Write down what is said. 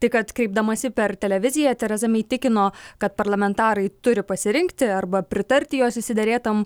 tai kad kreipdamasi per televiziją tereza mei tikino kad parlamentarai turi pasirinkti arba pritarti jos išsiderėtam